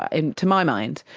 and to my mind,